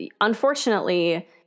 unfortunately